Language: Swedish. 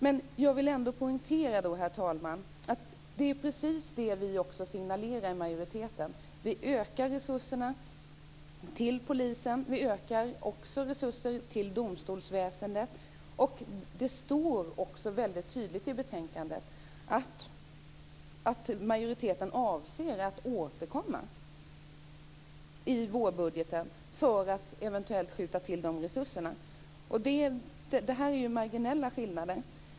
Men jag vill ändå poängtera, herr talman, att det är precis det som vi i majoriteten signalerar - vi ökar resurserna till polisen, och vi ökar även resurserna till domstolsväsendet. Det står också tydligt i betänkandet att majoriteten avser att återkomma i vårbudgeten för att eventuellt skjuta till resurser. Det här är ju marginella skillnader.